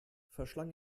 verschlang